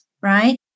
right